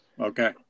Okay